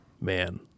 man